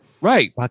Right